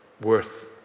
worth